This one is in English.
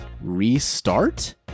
restart